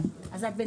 הישיבה